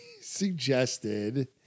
suggested –